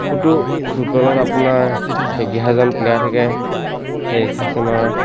বহুতো ফুটবলত আপোনাৰ এঘাৰজন প্লেয়াৰ থাকে সেই এঘাৰজনৰ